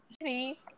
Three